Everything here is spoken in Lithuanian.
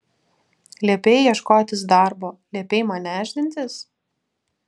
liepei ieškotis darbo liepei man nešdintis